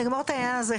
נגמור את העניין הזה.